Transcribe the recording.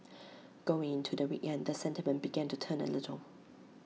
going into the weekend the sentiment began to turn A little